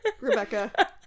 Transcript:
Rebecca